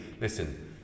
Listen